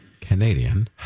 Canadian